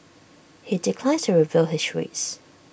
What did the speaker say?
he declines to reveal his rates